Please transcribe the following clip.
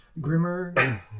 grimmer